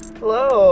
hello